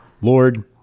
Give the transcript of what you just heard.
Lord